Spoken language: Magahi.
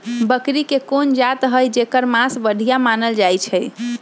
बकरी के कोन जात हई जेकर मास बढ़िया मानल जाई छई?